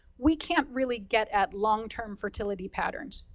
we can't really get at long-term fertility patterns.